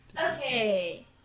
Okay